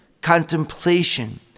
contemplation